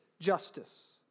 Justice